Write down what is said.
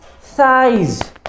thighs